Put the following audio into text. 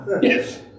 Yes